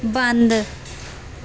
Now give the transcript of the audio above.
ਬੰਦ